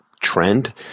trend